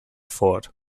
fort